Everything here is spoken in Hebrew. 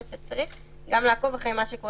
אלא אתה צריך לעקוב גם אחרי מה שקונה